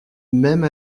même